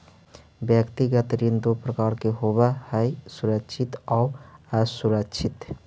व्यक्तिगत ऋण दो प्रकार के होवऽ हइ सुरक्षित आउ असुरक्षित